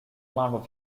planned